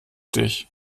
dich